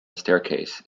staircase